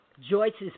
Joyce's